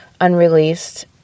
unreleased